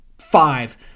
five